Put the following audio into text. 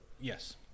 Yes